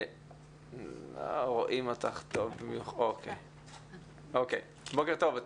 בוקר טוב.